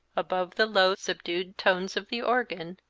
above the low, subdued tones of the organ,